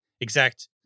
exact